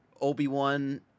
Obi-Wan